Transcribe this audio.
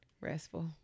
Restful